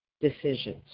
decisions